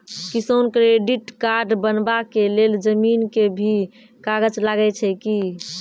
किसान credit card बनबा के लेल जमीन के भी कागज लागै छै कि?